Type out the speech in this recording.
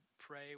pray